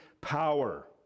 power